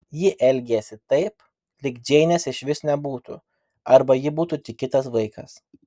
ji elgėsi taip lyg džeinės išvis nebūtų arba ji būtų tik kitas vaikas